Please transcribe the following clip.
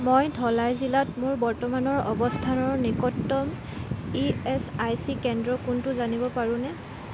মই ধলাই জিলাত মোৰ বৰ্তমানৰ অৱস্থানৰ নিকটতম ই এচ আই চি কেন্দ্ৰ কোনটো জানিব পাৰোঁনে